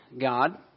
God